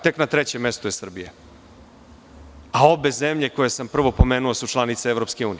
Tek na trećem mestu je Srbija, a obe zemlje koje sam prvo pomenuo su članice EU.